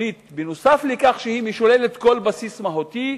נוסף על כך שהיא משוללת כל בסיס מהותי,